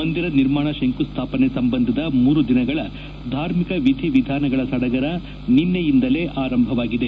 ಮಂದಿರ ನಿರ್ಮಾಣ ಶಂಕುಸ್ವಾಪನೆ ಸಂಬಂಧದ ಮೂರು ದಿನಗಳ ಧಾರ್ಮಿಕ ವಿಧಿ ವಿಧಾನಗಳ ಸಡಗರ ನಿನ್ನೆಯಿಂದಲೇ ಆರಂಭವಾಗಿದೆ